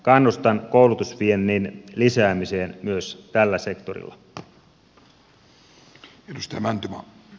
kannustan koulutusviennin lisäämiseen myös tällä sektorilla